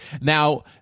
Now